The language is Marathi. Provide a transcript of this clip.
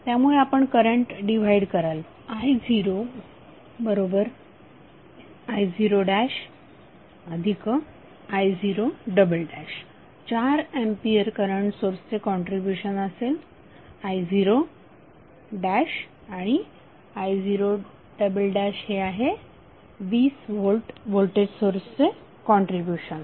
त्यामुळे आपण करंट डिव्हाइड कराल i0i0i0 4 एंपियर करंट सोर्सचे कॉन्ट्रीब्युशन असेल i0 आणि i0 हे आहे 20 व्होल्ट व्होल्टेज सोर्सचे कॉन्ट्रीब्युशन